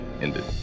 ended